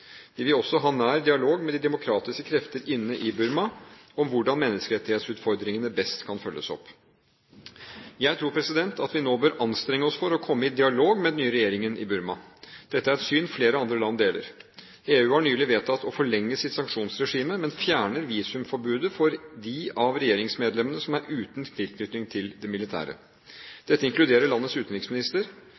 vil også ha nær dialog med de demokratiske krefter inne i Burma om hvordan menneskerettighetsutfordringene best kan følges opp. Jeg tror at vi nå bør anstrenge oss for å komme i dialog med den nye regjeringen i Burma. Dette er et syn flere andre land deler. EU har nylig vedtatt å forlenge sitt sanksjonsregime, men fjerner visumforbudet for de av regjeringsmedlemmene som er uten tilknytning til det militære. Dette inkluderer landets utenriksminister.